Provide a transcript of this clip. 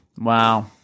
Wow